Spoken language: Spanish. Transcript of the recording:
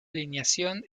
alineación